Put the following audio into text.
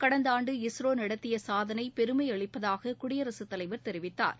கடந்தாண்டு இஸ்ரோ நடத்திய சாதனை பெருமையளிப்பதாக குடியரசு தலைவர் தெரிவித்தார்இ